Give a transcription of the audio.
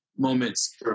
Moments